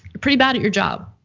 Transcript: pretty bad at your job.